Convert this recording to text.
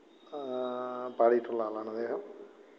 പാടിയിട്ടുള്ള ആളാണദ്ദേഹം